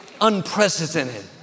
unprecedented